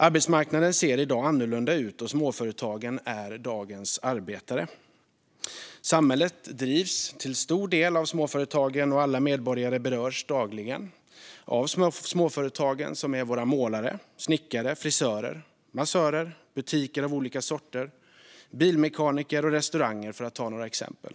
Arbetsmarknaden ser i dag annorlunda ut, och småföretagen är dagens arbetare. Samhället drivs till stor del av småföretagen, och alla medborgare berörs dagligen av småföretagen. De är våra målare, snickare, frisörer, massörer, butiker av olika sorter, bilmekaniker och restauranger, för att ta några exempel.